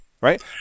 right